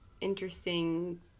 interesting